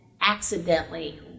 accidentally